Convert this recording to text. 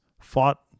fought